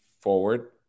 forward